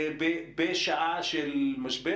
בשעה של משבר,